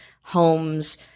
homes